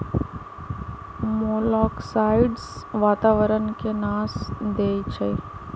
मोलॉक्साइड्स वातावरण के नाश देई छइ